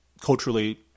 culturally